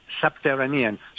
subterranean